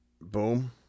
Boom